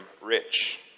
rich